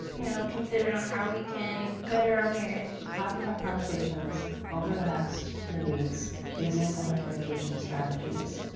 you know, consider on how we can better our marriage. have the tough conversations over the next two weeks using some of the communication strategies.